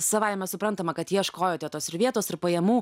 savaime suprantama kad ieškojote tos ir vietos ir pajamų